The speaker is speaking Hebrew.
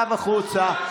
עכשיו החוצה.